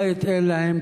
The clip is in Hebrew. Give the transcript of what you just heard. בית אין להם,